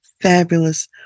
fabulous